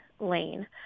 lane